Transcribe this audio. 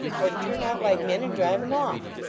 or to turn out like men and drive em off?